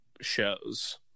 shows